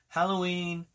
Halloween